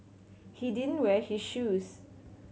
he didn't wear his shoes